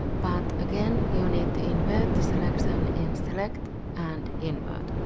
but again you need to invert the selection in select and invert.